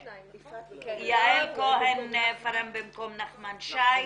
יעל כהן-פארן במקום נחמן שי,